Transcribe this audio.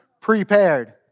prepared